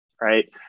right